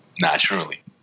naturally